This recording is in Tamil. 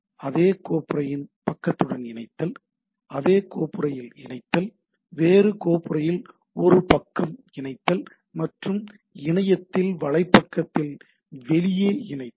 அதே கோப்புறையின் பக்கத்துடன் இணைத்தல் அதே கோப்புறையில் இணைத்தல் வேறு கோப்புறையில் ஒரு பக்கம் இணைத்தல் மற்றும் இணையத்தில் வலைப்பக்கத்தில் வெளியே இணைத்தல்